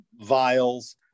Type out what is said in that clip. vials